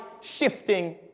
shifting